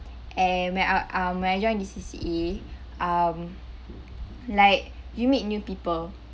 and when I um when I joined this C_C_A um like you meet new people